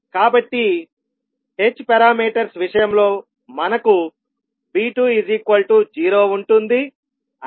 కాబట్టి h parameters విషయంలో మనకు V20 ఉంటుంది